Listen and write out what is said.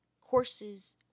courses